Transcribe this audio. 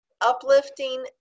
uplifting